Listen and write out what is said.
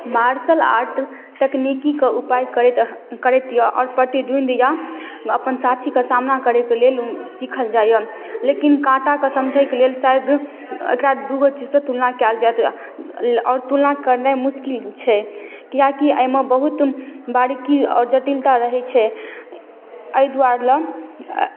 martial art तकनीकके उपाय करैत करैत अइ आओर प्रतिद्वन्द्वी या अपन साथीके सामना करैके लेल सीखल जाइए लेकिन काटाके समझैके लेल शायद एकरा दुइगो चीजसँ तुलना कएल जाएत आओर तुलना करनाइ मोसकिल छै कियाकि एहिमे बहुत बारीकी आओर जटिलता रहै छै एहि दुआरे